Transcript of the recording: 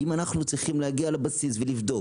אם אנחנו צריכים להגיע לבסיס ולבדוק,